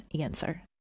answer